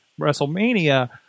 WrestleMania